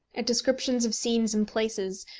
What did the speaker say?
at descriptions of scenes and places,